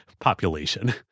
population